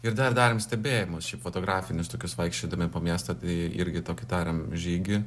ir dar darėm stebėjimus šiaip fotografinius tokius vaikščiodami po miestą tai irgi tokį darėm žygį